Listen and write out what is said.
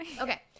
okay